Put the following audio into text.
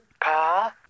Paul